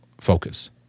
focus